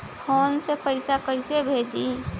Phone से पैसा कैसे भेजी?